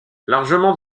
largement